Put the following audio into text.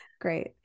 Great